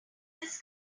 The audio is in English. this